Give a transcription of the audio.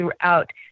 throughout